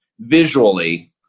Visually